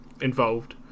involved